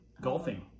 golfing